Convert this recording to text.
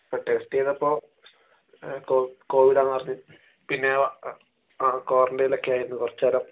അപ്പോൾ ടെസ്റ്റെ ചെയ്തപ്പോൾ കോവിഡ് കോവിഡാന്ന് പറഞ്ഞ് പിന്നെ കോ ക്വാറൻറ്റയിനിലൊക്കെ ആയിരുന്നു കുറച്ച് കാലം